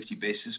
basis